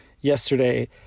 yesterday